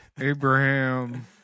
Abraham